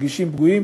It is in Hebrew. מרגישים פגועים,